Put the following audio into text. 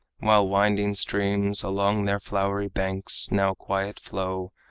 while winding streams along their flowery banks now quiet flow,